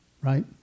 right